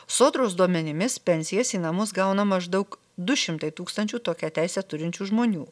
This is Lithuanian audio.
sodros duomenimis pensijas į namus gauna maždaug du šimtai tūkstančių tokią teisę turinčių žmonių